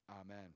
Amen